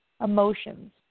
emotions